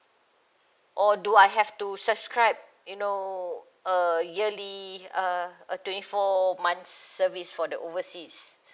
or do I have to subscribe you know a yearly uh a twenty four months service for the overseas